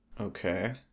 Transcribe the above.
Okay